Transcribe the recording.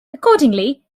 accordingly